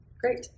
Great